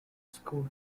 school